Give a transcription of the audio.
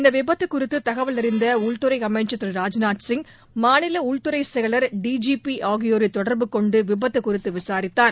இந்த விபத்து குறித்து தகவல் அறிந்த உள்துறை அமைச்சர் திரு ராஜ்நாத் சிங் மாநில உள்துறை செயலர் டிஜிபி ஆகியோரை தொடர்பு கொண்டு விபத்து குறித்து விசாரித்தார்